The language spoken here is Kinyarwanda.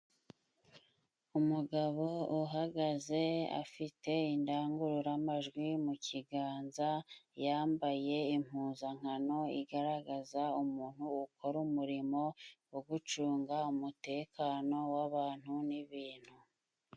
Umugabo uhagaze afite indangururamajwi mu kiganza, yambaye impuzankano igaragaza umuntu ukora umurimo wo gucunga umutekano w'abantu n'ibintu.